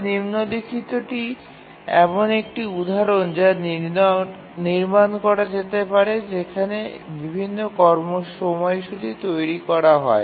তবে নিম্নলিখিতটি এমন একটি উদাহরণ যা নির্মাণ করা যেতে পারে যেখানে বিভিন্ন সময়সূচী তৈরি করা হয়